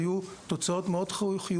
הדברים שם היו תוצאות מאוד חיוביות.